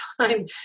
time